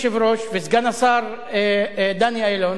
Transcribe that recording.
אדוני היושב-ראש וסגן שר החוץ דני אילון,